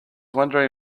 wondering